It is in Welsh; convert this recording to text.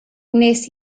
nes